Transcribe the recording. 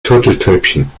turteltäubchen